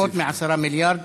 לפחות מ-10 מיליארד,